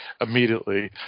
immediately